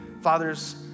fathers